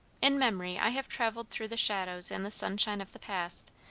in memory i have travelled through the shadows and the sunshine of the past,